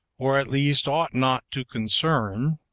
or at least ought not to concern,